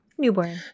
newborn